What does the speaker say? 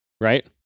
Right